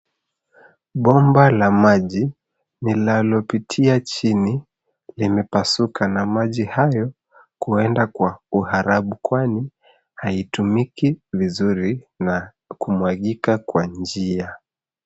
Bomba la maji linalopitia chini limepasuka na maji hayo kuenda kwa uharabu kwani haitumiki vizuri na kumwagika kwa njia.